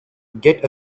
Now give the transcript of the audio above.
get